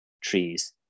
trees